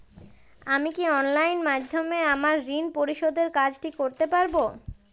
আমি কি অনলাইন মাধ্যমে আমার ঋণ পরিশোধের কাজটি করতে পারব?